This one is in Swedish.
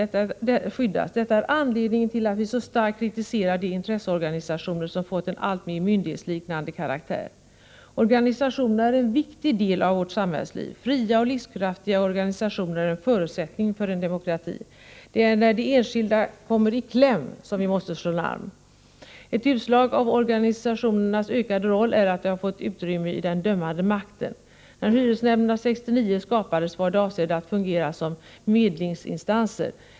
Detta är anledningen till att vi så starkt kritiserar de intresseorganisationer som fått en alltmer myndighetsliknande karaktär. Organisationerna är en viktig del av vårt samhällsliv. Fria och livskraftiga organisationer är en förutsättning för en demokrati. Det är när de enskilda kommer i kläm som vi måste slå larm. Ett utslag av organisationernas ökade roll är att de har fått utrymme i den dömande makten. När hyresnämnderna 1969 skapades var de avsedda att fungera som medlingsinstanser.